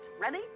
Ready